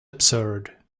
absurd